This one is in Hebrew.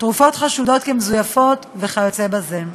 תרופות חשודות כמזויפות וכיוצא בזה.